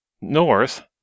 north